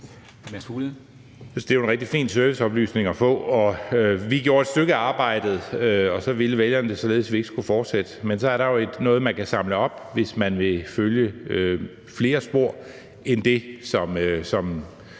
Det er jo en rigtig fin serviceoplysning at få. Vi gjorde et stykke af arbejdet, og så ville vælgerne det således, at vi ikke skulle fortsætte. Men så er der jo noget, man kan samle op, hvis man vil følge flere spor end det, som